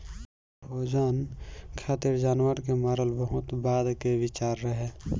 भोजन खातिर जानवर के मारल बहुत बाद के विचार रहे